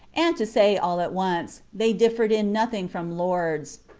and, to say all at once, they differed in nothing from lords.